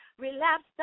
Relapse